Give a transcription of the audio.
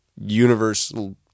universal